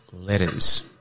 letters